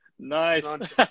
Nice